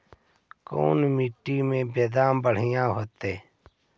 कोन मट्टी में बेदाम बढ़िया होतै?